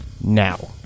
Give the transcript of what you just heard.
now